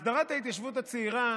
הסדרת ההתיישבות הצעירה